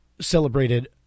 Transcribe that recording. celebrated